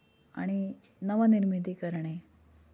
आणि नवनिर्मिती करणे